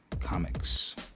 Comics